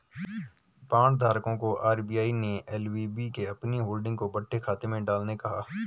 bond धारकों को RBI ने एल.वी.बी में अपनी होल्डिंग को बट्टे खाते में डालने कहा